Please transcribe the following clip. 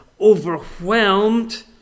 overwhelmed